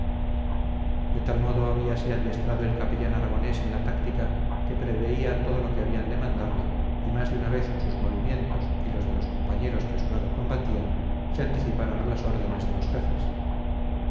de tal modo habíase adiestrado el capellán aragonés en la táctica que preveía todo lo que habían de mandarle y más de una vez sus movimientos y los de los compañeros que a su lado combatían se anticiparon a las órdenes de los jefes